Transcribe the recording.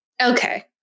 Okay